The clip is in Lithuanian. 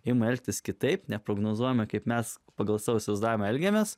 ima elgtis kitaip neprognozuojama kaip mes pagal savo įsivaizdavim elgiamės